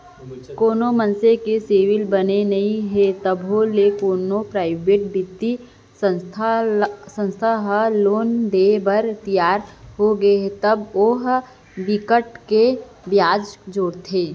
कोनो मनसे के सिविल बने नइ हे तभो ले कोनो पराइवेट बित्तीय संस्था ह लोन देय बर तियार होगे तब ओ ह बिकट के बियाज जोड़थे